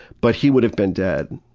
but he would have been dead.